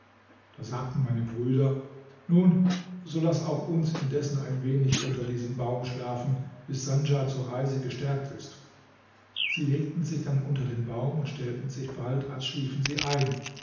da sagten meine brüder nun so laß auch uns indessen ein wenig unter diesem baum schlafen bis sandja zur reise gestärkt ist sie legten sich dann unter den baum und stellten sich bald als schliefen sie ein